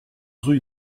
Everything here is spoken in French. rue